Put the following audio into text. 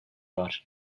var